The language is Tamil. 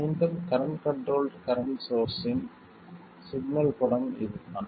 மீண்டும் கரண்ட் கண்ட்ரோல்ட் கரண்ட் சோர்ஸ்ஸின் சிக்னல் படம் இதுதான்